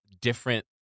different